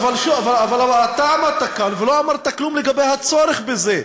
אבל אתה עמדת כאן ולא אמרת כלום לגבי הצורך בזה.